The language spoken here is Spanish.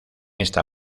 esta